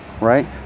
right